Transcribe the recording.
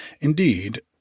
Indeed